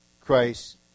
Christ